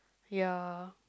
ya